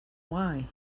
why